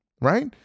right